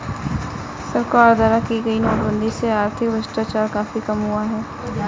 सरकार द्वारा की गई नोटबंदी से आर्थिक भ्रष्टाचार काफी कम हुआ है